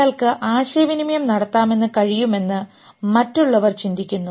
അയാൾക്ക് ആശയവിനിമയം നടത്താമെന്ന് കഴിയുമെന്ന് മറ്റുള്ളവർ ചിന്തിക്കുന്നു